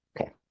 Okay